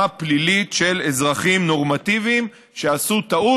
פלילית של אזרחים נורמטיביים שעשו טעות,